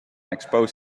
expose